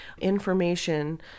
information